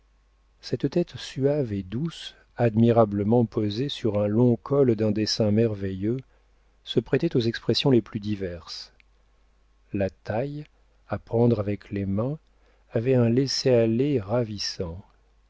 cette tête suave et douce admirablement posée sur un long col d'un dessin merveilleux se prêtait aux expressions les plus diverses la taille à prendre avec les mains avait un laisser-aller ravissant